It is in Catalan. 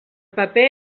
paper